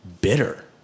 bitter